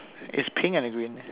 is pink and the green